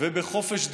ובחופש דעות,